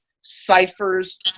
ciphers